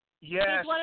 Yes